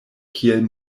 kiel